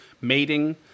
mating